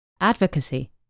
Advocacy